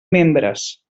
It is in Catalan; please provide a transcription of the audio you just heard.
membres